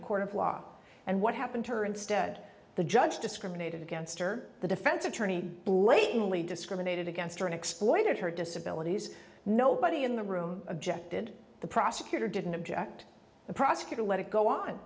a court of law and what happened to her instead the judge discriminated against or the defense attorney blatantly discriminated against her and exploited her disability nobody in the room objected the prosecutor didn't object the prosecutor let it go on